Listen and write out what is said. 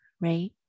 Right